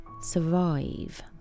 survive